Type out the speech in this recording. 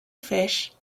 fish